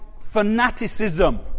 fanaticism